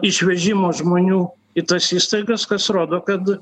išvežimo žmonių į tas įstaigas kas rodo kad